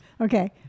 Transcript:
Okay